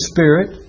Spirit